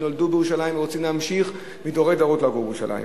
שנולדו בירושלים ורוצים להמשיך לדורי דורות לגור בירושלים.